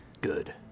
Good